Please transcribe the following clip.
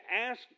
ask